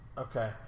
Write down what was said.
Okay